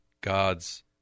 God's